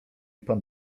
pan